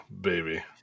baby